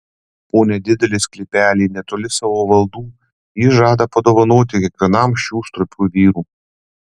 po nedidelį sklypelį netoli savo valdų ji žada padovanoti kiekvienam šių stropių vyrų